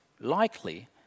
likely